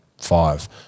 five